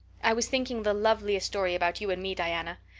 i was thinking the loveliest story about you and me, diana.